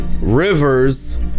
rivers